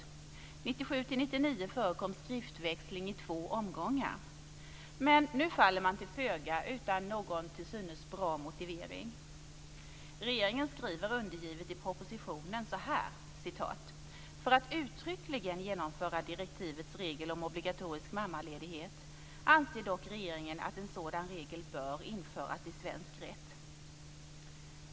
1997-1999 förekom skriftväxling i två omgångar. Men nu faller man till föga utan någon till synes bra motivering. Regeringen skriver undergivet i propositionen: För att uttryckligen genomföra direktivets regel om obligatorisk mammaledighet anser dock regeringen att en sådan regel bör införas i svensk rätt.